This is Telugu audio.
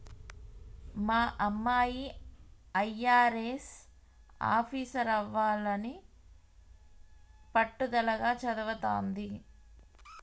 మా అమ్మాయి అయ్యారెస్ ఆఫీసరవ్వాలని పట్టుదలగా చదవతాంది